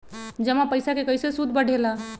जमा पईसा के कइसे सूद बढे ला?